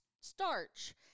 starch